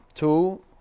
Two